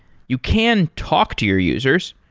you can talk to your users.